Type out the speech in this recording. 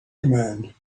command